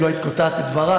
אם לא היית קוטעת את דבריי,